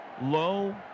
Low